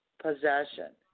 possession